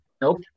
Nope